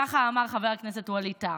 ככה אמר חבר הכנסת ווליד טאהא.